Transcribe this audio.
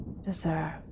deserve